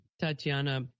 Tatiana